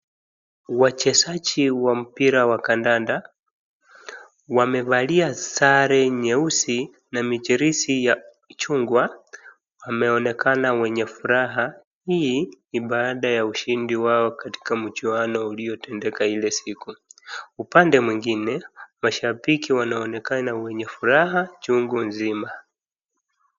Wachezaji wa mpira wa kadanda wamevalia sare nyeusi na michirizi ya chungwa wameonekana wenye furaha, hii ni baada ya ushindi wao katika mchuano uliotendeka ile siku. Upande mwingine, mashabiki wanaonekana wenye furaha chungu nzima.